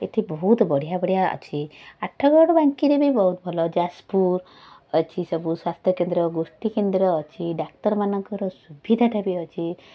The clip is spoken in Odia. ଏଠି ବହୁତ ବଢ଼ିଆ ବଢ଼ିଆ ଅଛି ଆଠଗଡ଼ ବାଙ୍କିରେ ବି ବହୁତ ଭଲ ଯାଜପୁର ଅଛି ସବୁ ସ୍ବାସ୍ଥ୍ୟକେଦ୍ର ଗୋଷ୍ଠୀକେନ୍ଦ୍ର ଅଛି ଡାକ୍ତର ମାନଙ୍କର ସୁବିଧାଟା ବି ଅଛି